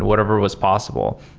whatever was possible.